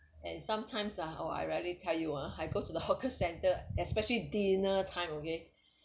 and sometimes ah how I really tell you ah I go to the hawker center especially dinner time okay